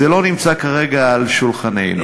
זה לא נמצא כרגע על שולחננו.